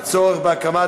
עברה,